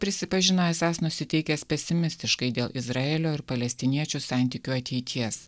prisipažino esąs nusiteikęs pesimistiškai dėl izraelio ir palestiniečių santykių ateities